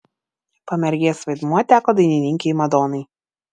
pamergės vaidmuo teko dainininkei madonai